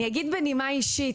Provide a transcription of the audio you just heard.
אני אגיד בנימה אישית,